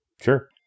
Sure